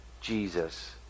Jesus